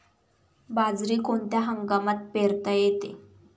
बाजरी कोणत्या हंगामात पेरता येते?